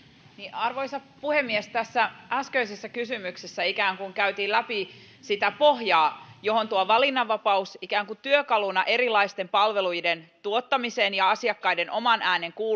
arvoisa puhemies tässä äskeisessä kysymyksessä ikään kuin käytiin läpi sitä pohjaa johon tuo valinnanvapaus kuuluu ikään kuin työkaluna erilaisten palveluiden tuottamiseen ja asiakkaiden oman äänen